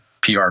PR